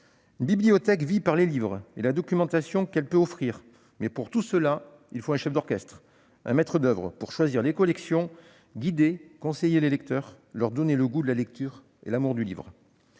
Une bibliothèque vit par les livres et la documentation qu'elle peut offrir, mais pour tout cela il faut un chef d'orchestre, un maître d'oeuvre pour choisir les collections, guider, conseiller les lecteurs, leur donner le goût de la lecture et l'amour du livre.